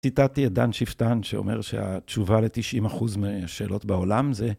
ציטטתי את דן שיפטן, שאומר שהתשובה לתשעים אחוז של שאלות בעולם זה...